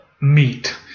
meat